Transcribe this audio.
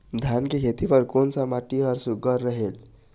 धान के खेती बर कोन सा माटी हर सुघ्घर रहेल?